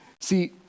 See